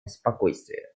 спокойствия